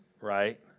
right